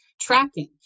tracking